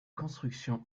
construction